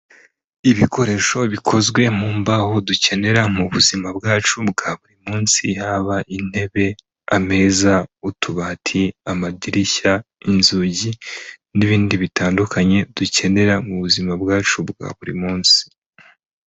Ibikoresho bikozwe mu mbaho dukenera mu buzima bwacu bwa buri munsi haba intebe, ameza, utubati, amadirishya, inzugi n'ibindi bitandukanye dukenera mu buzima bwacu bwa buri munsi.